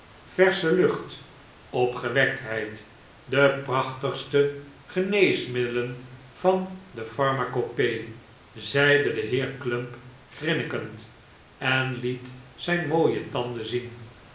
versche lucht opgewektheid de prachtigste geneesmiddelen van de pharmacopoea zeide de heer clump grinnikend en liet zijn mooie tanden zien